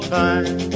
time